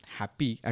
happy